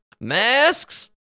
Masks